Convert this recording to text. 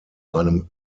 einem